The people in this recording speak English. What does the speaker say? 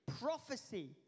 prophecy